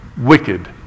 wicked